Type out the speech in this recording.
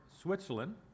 Switzerland